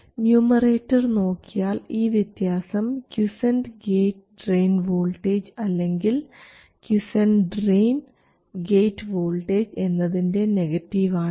numerator നോക്കിയാൽ ഈ വ്യത്യാസം ക്വിസൻറ് ഗേറ്റ് ഡ്രയിൻ വോൾട്ടേജ് അല്ലെങ്കിൽ ക്വിസൻറ് ഡ്രയിൻ ഗേറ്റ് വോൾട്ടേജ് എന്നതിൻറെ നെഗറ്റീവ് ആണ്